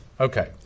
Okay